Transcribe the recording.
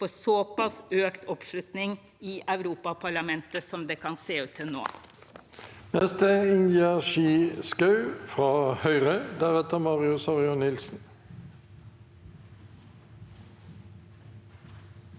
får såpass økt oppslutning i Europaparlamentet som det kan se ut til nå.